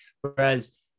Whereas